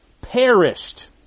perished